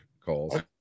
calls